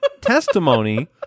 testimony